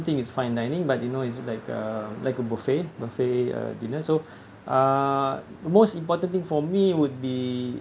think it's fine dining but you know it's like a like a buffet buffet uh dinner so uh most important thing for me would be